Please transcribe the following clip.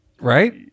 right